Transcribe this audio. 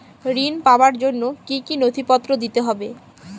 ঋণ পাবার জন্য কি কী নথিপত্র দিতে হবে?